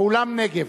באולם "נגב".